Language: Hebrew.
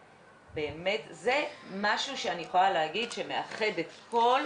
באמת זה משהו שאני יכולה להגיד שמאחד את כל,